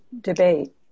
debate